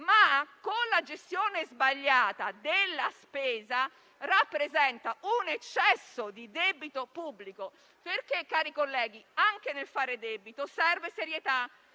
ma, con la gestione sbagliata della spesa, rappresenta un eccesso di debito pubblico, perché anche nel fare debito serve serietà,